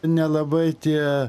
nelabai tie